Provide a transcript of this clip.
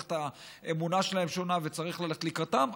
מערכת האמונה שלהם שונה וצריך ללכת לקראתם,